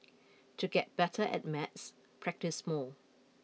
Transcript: to get better at maths practise more